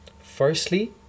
firstly